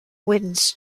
wins